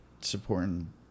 supporting